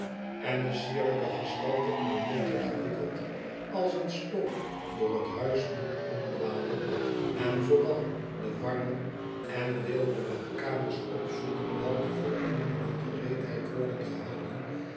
houdt de wacht sierlijke gestalte in een mantel gewikkeld als een spook door het huis moet omdwalen en vooral de warme en weelderige kamers opzoeken welke voor iemand in gereedheid worden gehouden